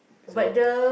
so